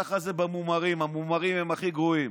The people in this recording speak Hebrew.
ככה זה במומרים, המומרים הם הכי גרועים.